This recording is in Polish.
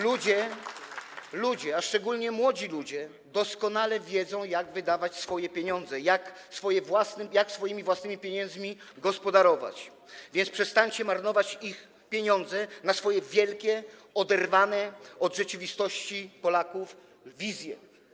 Ludzie, a szczególnie młodzi ludzie, doskonale wiedzą, jak wydawać swoje pieniądze, jak swoimi własnymi pieniędzmi gospodarować, więc przestańcie marnować ich pieniądze na swoje wielkie, oderwane od rzeczywistości Polaków wizje.